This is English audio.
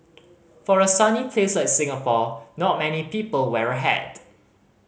for a sunny place like Singapore not many people wear a hat